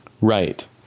Right